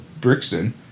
Brixton